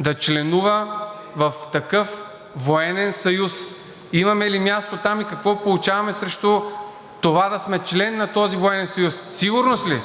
да членува в такъв военен съюз, имаме ли място там и какво получаваме срещу това да сме член на този военен съюз? (Реплики.) Сигурност ли?